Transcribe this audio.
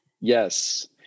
Yes